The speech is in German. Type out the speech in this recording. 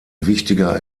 wichtiger